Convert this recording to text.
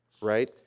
right